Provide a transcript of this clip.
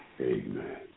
Amen